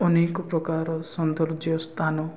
ଅନେକ ପ୍ରକାରର ସୌନ୍ଦର୍ଯ୍ୟ ସ୍ଥାନ